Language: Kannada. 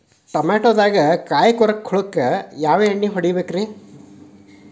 ಟಮಾಟೊದಾಗ ಕಾಯಿಕೊರಕ ಹುಳಕ್ಕ ಯಾವ ಎಣ್ಣಿ ಹೊಡಿಬೇಕ್ರೇ?